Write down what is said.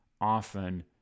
often